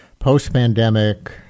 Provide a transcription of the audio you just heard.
post-pandemic